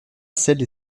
celles